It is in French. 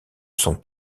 sont